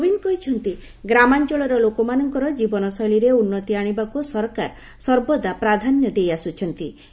ଶ୍ରୀ କୋବିନ୍ଦ କହିଛନ୍ତି ଗ୍ରାମାଞ୍ଚଳର ଲୋକମାନଙ୍କ ଜୀବନଶୈଳୀରେ ଉନ୍ନତି ଆଣିବାକୁ ସରକାର ସର୍ବଦା ପ୍ରାଧାନ୍ୟ ଦେଇଆସୁଛନ୍ତି